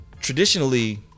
traditionally